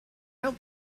out